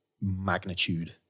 magnitude